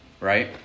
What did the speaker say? right